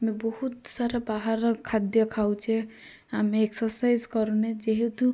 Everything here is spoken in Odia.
ବହୁତ ସାରା ବାହାର ର ଖାଦ୍ୟ ଖାଉଛେ ଆମେ ଏକ୍ସର୍ସାଇଜ୍ କରୁନେ ଆମେ ଯେହେତୁ ଆମ ଦେହ